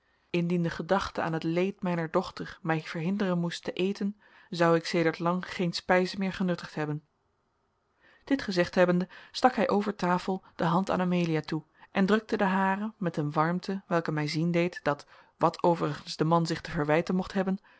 de gedachte aan het leed mijner dochter mij verhinderen moest te eten zou ik sedert lang geene spijs meer genuttigd hebben dit gezegd hebbende stak hij over tafel de hand aan amelia toe en drukte de hare met een warmte welke mij zien deed dat wat overigens de man zich te verwijten mocht hebben